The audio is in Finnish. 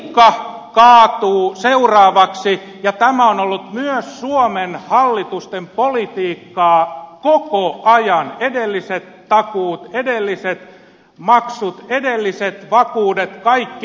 kreikka kaatuu seuraavaksi ja tämä on ollut myös suomen hallitusten politiikkaa koko ajan edelliset takuut edelliset maksut edelliset vakuudet kaikki